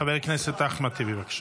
חבר הכנסת אחמד טיבי, בבקשה.